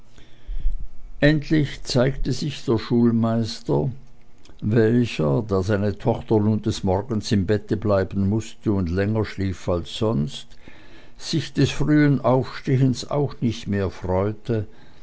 endlich zeigte sich der schulmeister welcher da seine tochter nun des morgens im bette bleiben mußte und länger schlief als sonst sich des frühen aufstehens auch nicht mehr freute